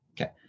Okay